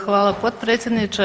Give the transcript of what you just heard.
Hvala potpredsjedniče.